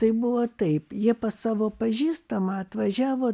tai buvo taip jie pas savo pažįstamą atvažiavo